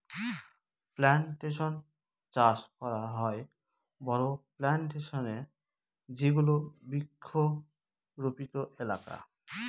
plantation চাষ করা হয় বড়ো প্লানটেশনে যেগুলো বৃক্ষরোপিত এলাকা